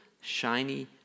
shiny